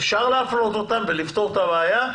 אפשר להפנות אותם ולפתור את הבעיה.